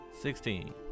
Sixteen